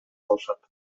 алышат